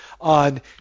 on